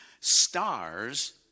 stars